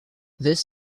this